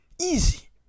Easy